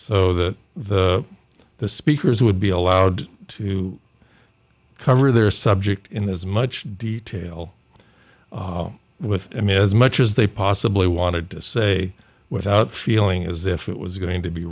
so that the speakers would be allowed to cover their subject in this much detail with him as much as they possibly wanted to say without feeling as if it was going to be